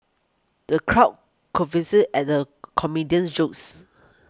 the crowd at the comedian's jokes